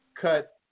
cut